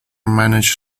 managed